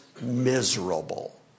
miserable